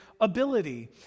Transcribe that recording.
ability